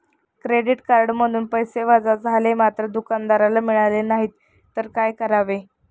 Credit कार्डमधून पैसे वजा झाले मात्र दुकानदाराला मिळाले नाहीत तर काय करावे?